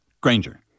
Granger